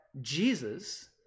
Jesus